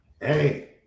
hey